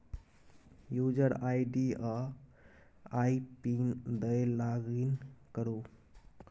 user ID आ I PIN दए login करु